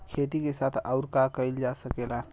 खेती के साथ अउर का कइल जा सकेला?